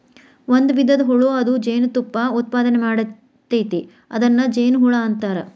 ಒಂದು ವಿಧದ ಹುಳು ಅದ ಜೇನತುಪ್ಪಾ ಉತ್ಪಾದನೆ ಮಾಡ್ತತಿ ಅದನ್ನ ಜೇನುಹುಳಾ ಅಂತಾರ